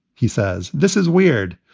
he says this is weird.